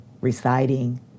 reciting